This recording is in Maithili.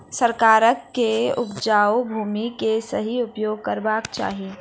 सरकार के उपजाऊ भूमि के सही उपयोग करवाक चाही